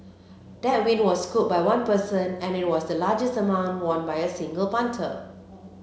that win was scooped by one person and it was the largest amount won by a single punter